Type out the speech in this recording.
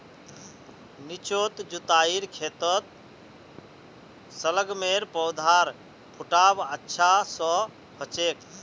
निचोत जुताईर खेतत शलगमेर पौधार फुटाव अच्छा स हछेक